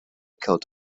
killed